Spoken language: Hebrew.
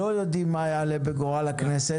לא יודעים מה יעלה בגורל הכנסת.